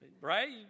right